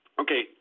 okay